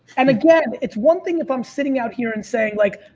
and again, it's one thing if i'm sitting out here and saying like,